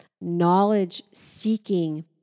knowledge-seeking